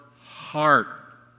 heart